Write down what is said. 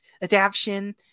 adaption